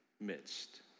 midst